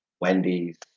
Wendy's